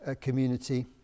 community